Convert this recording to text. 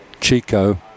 Chico